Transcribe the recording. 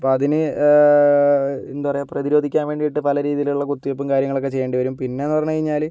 അപ്പം അതിന് എന്താ പറയുക പ്രതിരോധിക്കാൻ വേണ്ടീട്ട് പല രീതിയിലുള്ള കുത്തിവെപ്പും കാര്യങ്ങളൊക്കെ ചെയ്യേണ്ടിവരും പിന്നേന്ന് പറഞ്ഞ്കഴിഞ്ഞാല്